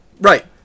Right